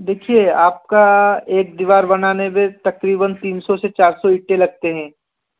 देखिए आप का एक दीवार बनाने में तक़रीबन तीन सौ से चार सौ ईटें लगते हैं